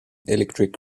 electric